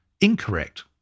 incorrect